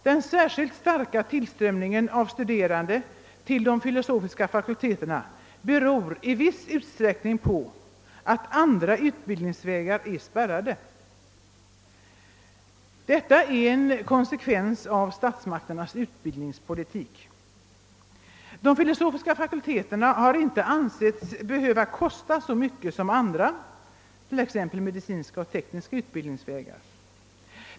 Den särskilt starka tillströmningen av studerande till de filosofiska fakulteterna beror i viss utsträckning på att andra utbildningsvägar är spärrade. Detta är en konsekvens av statsmakternas utbildningspolitik. De filosofiska fakulteterna har inte ansetts behöva kosta så mycket som andra, t.ex. medicinska eller tekniska utbildningsvägar.